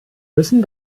müssen